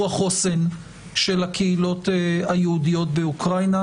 החוסן של הקהילות היהודיות באוקראינה,